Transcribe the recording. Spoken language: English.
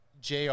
Jr